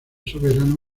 soberano